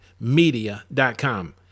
Media.com